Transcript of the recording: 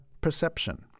perception